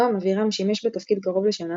נועם אבירם שימש בתפקיד קרוב לשנה,